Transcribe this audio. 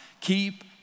Keep